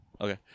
Okay